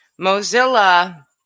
Mozilla